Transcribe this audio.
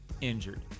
injured